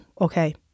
okay